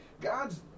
gods